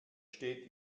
steht